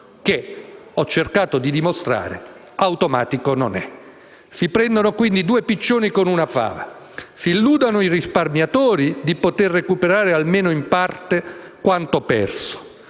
come ho cercato di dimostrare, automatico non è. Si prendono quindi due piccioni con una fava: si illudono i risparmiatori di poter recuperare almeno in parte quanto perso